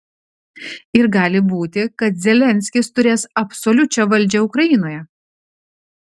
ir gali būti kad zelenskis turės absoliučią valdžią ukrainoje